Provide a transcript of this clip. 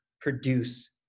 produce